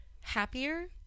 happier